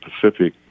Pacific